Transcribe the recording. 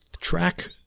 track